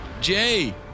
Jay